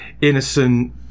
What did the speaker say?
innocent